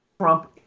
Trump